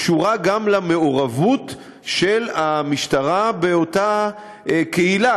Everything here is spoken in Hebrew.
קשורה גם למעורבות של המשטרה באותה קהילה.